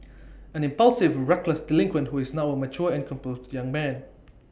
an impulsive reckless delinquent who is now A mature and composed young man